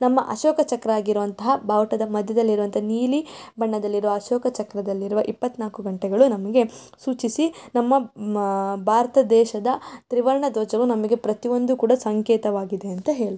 ನಮ್ಮ ಅಶೋಕ ಚಕ್ರ ಆಗಿರುವಂತಹ ಬಾವುಟದ ಮಧ್ಯದಲ್ಲಿರುವಂಥ ನೀಲಿ ಬಣ್ಣದಲ್ಲಿರುವ ಅಶೋಕ ಚಕ್ರದಲ್ಲಿರುವ ಇಪ್ಪತ್ನಾಲ್ಕು ಗಂಟೆಗಳು ನಮಗೆ ಸೂಚಿಸಿ ನಮ್ಮ ಮ ಭಾರತ ದೇಶದ ತ್ರಿವರ್ಣ ಧ್ವಜವು ನಮಗೆ ಪ್ರತಿಯೊಂದು ಕೂಡ ಸಂಕೇತವಾಗಿದೆ ಅಂತ ಹೇಳ್ತಾ